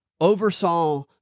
oversaw